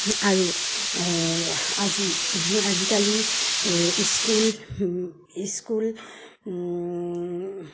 আৰু আজি আজিকালি স্কুল স্কুল